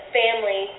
family